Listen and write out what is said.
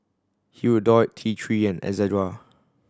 Hirudoid T Three and Ezerra